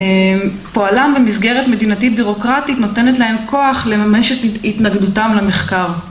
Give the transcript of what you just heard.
פועלם במסגרת מדינתית בירוקרטית נותנת להם כוח לממש את התנגדותם למחקר.